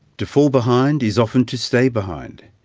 to fall behind is often to stay behind.